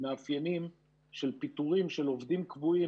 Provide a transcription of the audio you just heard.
מאפיינים של פיטורים של עובדים קבועים